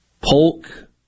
Polk